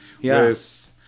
Yes